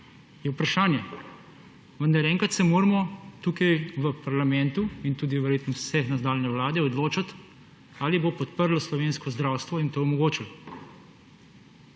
vprašanje, vendar enkrat se moramo tukaj, v parlamentu, in tudi verjetno vse nadaljnje vlade odločiti, ali bo podprlo slovensko zdravstvo in to omogočilo.